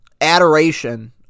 adoration